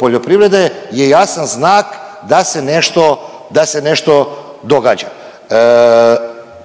poljoprivrede je jasan znak da se nešto, da